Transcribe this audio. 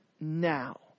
now